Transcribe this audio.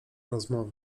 rozmowa